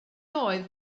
oedd